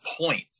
point